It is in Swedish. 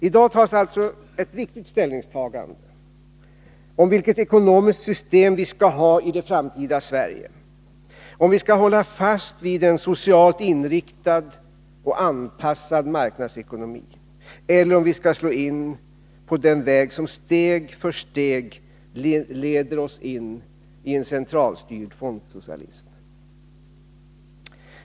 I dag görs alltså ett viktigt ställningstagande i fråga om vilket ekonomiskt system vi skall ha i det framtida Sverige — om vi skall hålla fast vid en socialt inriktad och anpassad marknadsekonomi, eller om vi skall slå in på den väg som steg för steg leder oss in i en centralstyrd fondsocialism.